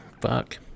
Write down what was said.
Fuck